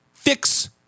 Fix